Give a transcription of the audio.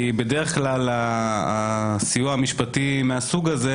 בדרך כלל הסיוע המשפטי מהסוג הזה,